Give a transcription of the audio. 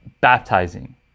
baptizing